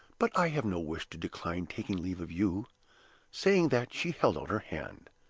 but i have no wish to decline taking leave of you saying that, she held out her hand.